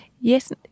Yes